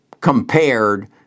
compared